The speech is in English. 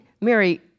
Mary